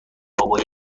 بابای